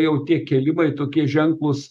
jau tie kėlimai tokie ženklūs